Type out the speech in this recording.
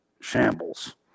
shambles